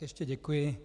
Ještě děkuji.